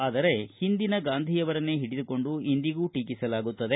ಆದರೆ ಹಿಂದಿನ ಗಾಂಧಿಯವರನ್ನೇ ಹಿಡಿದುಕೊಂಡು ಇಂದಿಗೂ ಟೀಕಿಸಲಾಗುತ್ತದೆ